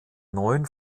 neuen